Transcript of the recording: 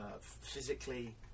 Physically